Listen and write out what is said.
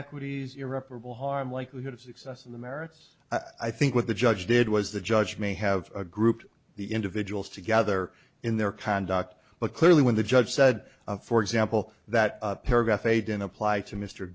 equities irreparable harm likelihood of success on the merits i think what the judge did was the judge may have a group the individuals together in their conduct but clearly when the judge said for example that paragraph a didn't apply to mr